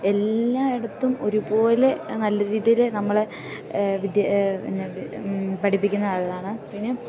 എല്ലായിടത്തും ഒരുപോലെ നല്ല രീതിയില് നമ്മളെ പഠിപ്പിക്കുന്ന ആളാണ് പിന്നെ